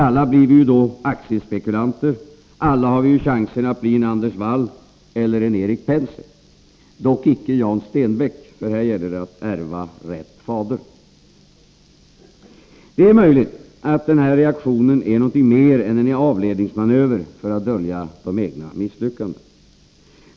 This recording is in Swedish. Alla blir vi ju då aktiespekulanter, alla har vi ju chansen att bli en Anders Wall eller en Erik Penser — dock inte en Jan Stenbeck, för här gäller det att ärva rätt fader. Det är möjligt att den här reaktionen är något mer än en avledningsmanö 123 ver för att dölja de egna misslyckandena.